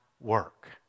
work